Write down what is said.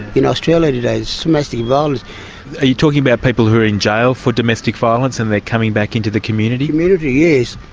in australia today is domestic violence. are you talking about people who are in jail for domestic violence and they're coming back into the community? community, yes.